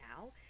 now